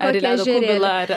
ar į ledo kubilą ar